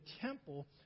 temple